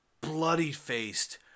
bloody-faced